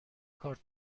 کارت